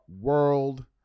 world